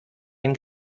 ein